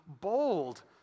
bold